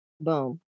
Boom